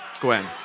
Gwen